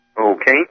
Okay